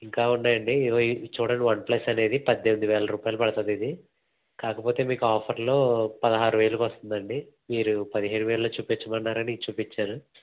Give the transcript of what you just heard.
ఇంకా ఉన్నాయండి ఇదిగో ఇవి చూడండి వన్ప్లస్ అనేది పద్దెనిమిది వేల రూపాయలు పడుతుంది ఇది కాకపోతే మీకు ఆఫర్లో పదహారు వేలకు వస్తుంది అండి మీరు పదిహేడు వేలులో చూపించమన్నారు అని ఇది చూపించాను